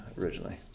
originally